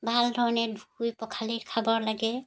ভালধৰণে ধুই পখালি খাব লাগে